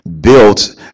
built